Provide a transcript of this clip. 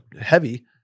heavy